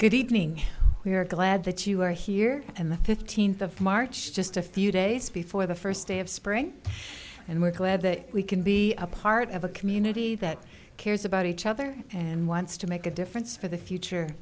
good evening we're glad that you are here and the fifteenth of march just a few days before the first day of spring and we're glad that we can be a part of a community that cares about each other and wants to make a difference for the future